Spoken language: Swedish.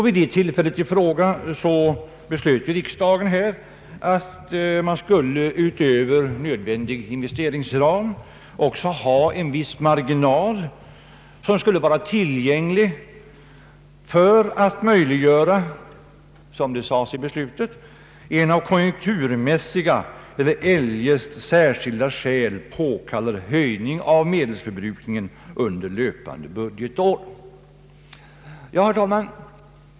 Vid det tillfället beslöt riksdagen att man utöver nödvändig investeringsram också skulle ha en viss marginal för att möjliggöra, som det sades i beslutet, ”en av konjunkturmässiga eller eljest särskilda skäl påkallad höjning av medelsförbrukningen under löpande budgetår”.